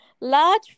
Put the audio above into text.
large